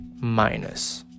minus